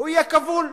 יהיה כבול.